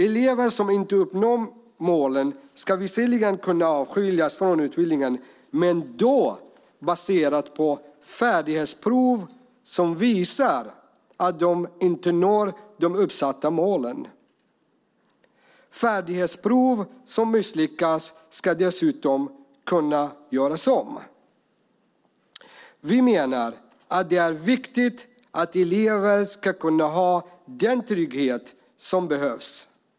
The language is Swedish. Elever som inte uppnår målen ska visserligen kunna avskiljas från utbildningen, men det ska vara baserat på färdighetsprov som visar att de inte når de uppsatta målen. Färdighetsprov som misslyckas ska kunna göras om. Vi menar att det är viktigt att elever ska ha den trygghet som behövs.